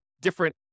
different